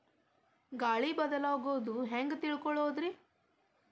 ಗಾಳಿ ಬದಲಾಗೊದು ಹ್ಯಾಂಗ್ ತಿಳ್ಕೋಳೊದ್ರೇ?